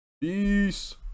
Peace